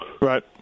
right